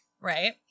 Right